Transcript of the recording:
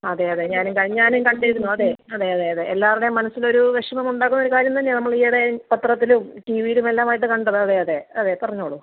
അതെ അതെ ഞാനും ക ഞാനും കണ്ടിരുന്നു അതെ അതെ അതെ അതെ എല്ലാവരുടെയും മനസ്സിലൊരു വിഷമം ഉണ്ടാക്കുന്ന ഒരു കാര്യം തന്നെയാണ് നമ്മളീയിടെയായി പത്രത്തിലും ടി വിയിലും എല്ലാമായിട്ട് കണ്ടത് അതെ അതെ അതെ പറഞ്ഞോളൂ